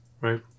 right